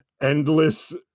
endless